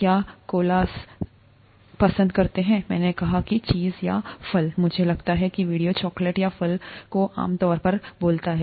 क्या कोआलास पसंद करते हैं मैंने कहा कि चीज़ या फल मुझे लगता है कि वीडियो चॉकलेट या फलों को आम तौर पर बोलता है